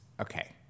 Okay